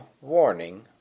warning